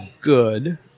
good